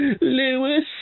Lewis